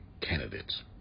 candidates